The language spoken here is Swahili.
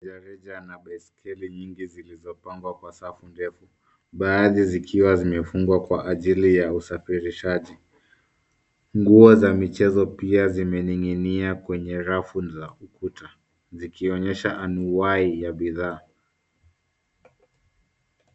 Rejareja yana biskeli mingi zilizopangwa kwa safu ndefu, baadhi zikiwa zimefungwa kwa ajili ya usafirishaji. Nguo za mchezo pia zimeningi'nia kwenye rafu za ukuta zikionyesha anwai ya bidhaa.